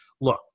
Look